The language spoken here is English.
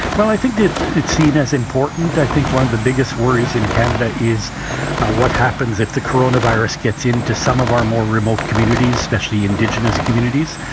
well, i think that it's it's seen as important. i think one of the biggest worries in canada is what happens if the corona virus gets into some of our more remote communities, especially indigenous communities.